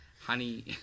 honey